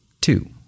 two